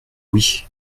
oui